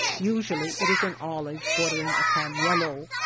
usually it is an olive, bordering upon yellow.